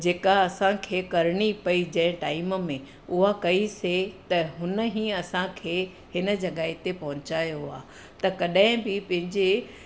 जेका असांखे करणी पई जंहिं टाइम में उहा कईसीं त हुन ई असांखे हिन जाइ ते पहुचायो आहे त कॾहिं बि पंहिंजे